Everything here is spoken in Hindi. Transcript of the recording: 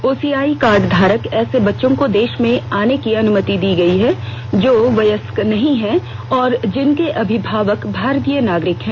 ओसीआई कार्ड धारक ऐसे बच्चों को देश में आने की अनुमति दी गई है जो वयस्क नहीं हैं और जिनके अभिभावक भारतीय नागरिक हैं